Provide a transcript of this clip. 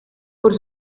por